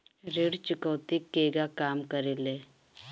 ऋण चुकौती केगा काम करेले?